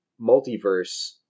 multiverse